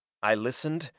i listened,